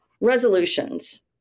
resolutions